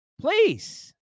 Please